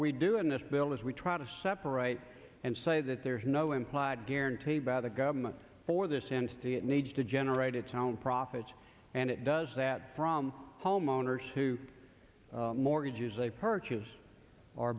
we do in this bill is we try to separate and say that there is no implied guarantee by the government for this and it needs to generate its own profits and it does that from homeowners who mortgages they purchase